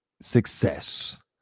success